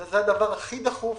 וזה הדבר הכי דחוף.